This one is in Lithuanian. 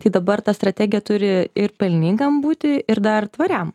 tai dabar ta strategija turi ir pelningam būti ir dar tvariam